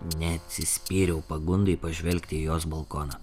neatsispyriau pagundai pažvelgti į jos balkoną